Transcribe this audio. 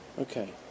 Okay